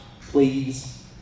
please